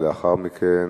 ולאחר מכן,